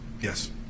Yes